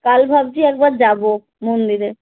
কাল ভাবছি একবার যাব মন্দিরে